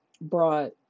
brought